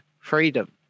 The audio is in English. freedom